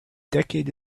decade